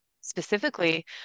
specifically